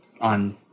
on